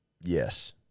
Yes